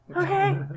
Okay